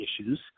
issues